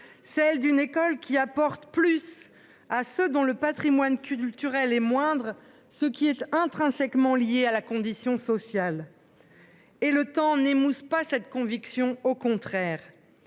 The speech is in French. Celle d'une école qui apporte plus à ceux dont le Patrimoine culturel est moindre, ce qui est intrinsèquement lié à la condition sociale. Et le temps n'émousse pas cette conviction, au contraire.